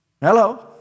Hello